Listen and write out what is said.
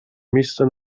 miejsce